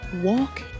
walk